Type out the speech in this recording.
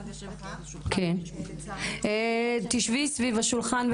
שבי לשולחן,